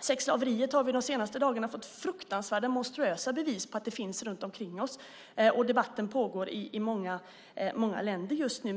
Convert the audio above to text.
Sexslaveriet har vi de senaste dagarna fått fruktansvärda monstruösa bevis på, det finns runt om oss. Debatten pågår i många länder just nu.